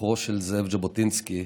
ז'בוטינסקי,